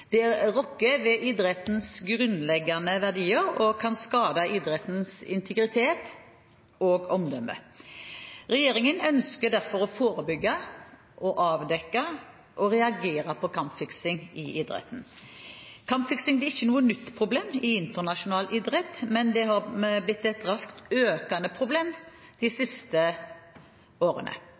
Det rokker ved idrettens grunnleggende verdier og kan skade idrettens integritet og omdømme. Regjeringen ønsker derfor å forebygge, avdekke og reagere på kampfiksing i idretten. Kampfiksing er ikke noe nytt problem i internasjonal idrett, men det har blitt et raskt økende problem de siste årene.